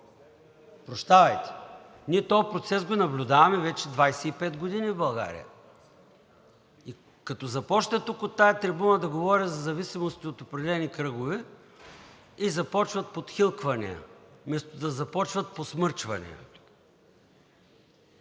Прощавайте, ние този процес го наблюдаваме вече 25 години в България. Като започна тук, от тази трибуна, да говоря за зависимости от определени кръгове и започват подхилквания, вместо да започнат подсмърчания.